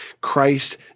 Christ